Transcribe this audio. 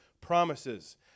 promises